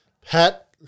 pat